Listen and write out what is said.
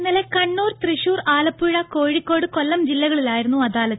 ഇന്നലെ കണ്ണൂർ തൃശൂർ ആലപ്പുഴ കോഴിക്കോട് കൊല്ലം ജില്ലകളിലായിരുന്നു അദാലത്ത്